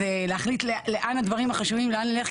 אז להחליט לאן הדברים החשובים, לאן נלך?